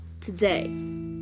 today